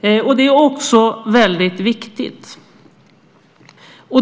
Detta är också väldigt viktigt.